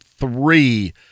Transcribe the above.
three